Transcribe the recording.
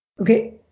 Okay